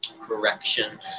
correction